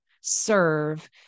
serve